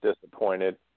disappointed